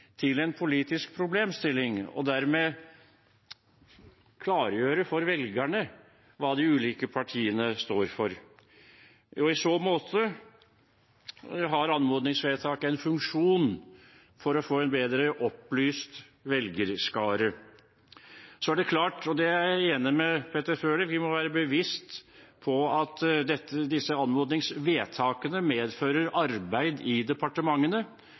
til en politisk problemstilling og dermed klargjøre for velgerne hva de ulike partiene står for. I så måte har anmodningsvedtak en funksjon for å få en bedre opplyst velgerskare. Så er det klart – og det er jeg enig med Peter Frølich i – at vi må være bevisste på at disse anmodningsvedtakene medfører arbeid med oppfølging i departementene,